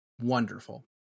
Wonderful